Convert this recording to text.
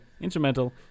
instrumental